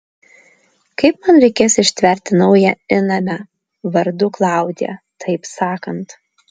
kaip man reikės ištverti naują įnamę vardu klaudija taip sakant